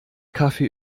kaffee